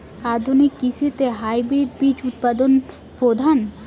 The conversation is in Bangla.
আধুনিক কৃষিতে হাইব্রিড বীজ উৎপাদন প্রধান